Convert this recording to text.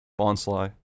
Bonsly